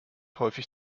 häufig